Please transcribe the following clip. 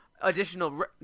additional